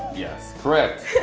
yes, correct.